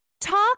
Talk